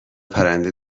پرنده